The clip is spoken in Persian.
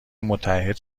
متعهد